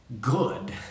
good